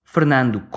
Fernando